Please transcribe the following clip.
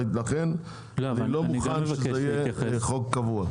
לכן אני לא מוכן שזה יהיה חוק קבוע.